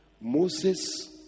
Moses